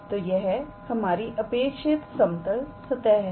तो यह हमारी अपेक्षित समतल सतह है